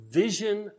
vision